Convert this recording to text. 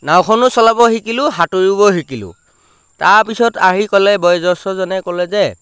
নাওখনো চলাব শিকিলোঁ সাঁতুৰিবও শিকিলোঁ তাৰ পিছত আহি ক'লে বয়সস্থজনে ক'লে যে